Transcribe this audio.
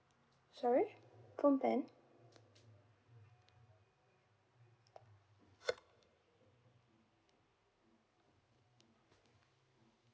sorry from plan